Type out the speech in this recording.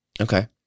Okay